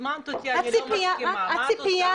הזמנת אותי, אני לא מסכימה, מה את עושה?